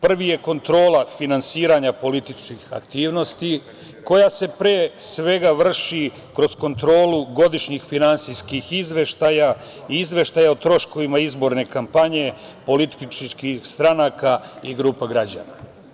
Prvi je kontrola finansiranja političkih aktivnosti, koja se pre svega vrši kroz kontrolu godišnjih finansijskih izveštaja i izveštaja o troškovima izborne kampanje, političkih stranaka i grupa građana.